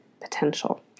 potential